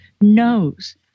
knows